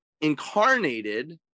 incarnated